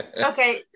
Okay